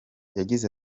yagize